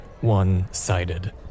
one-sided